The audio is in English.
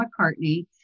McCartney